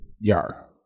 Yar